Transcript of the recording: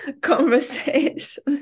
conversation